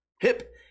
hip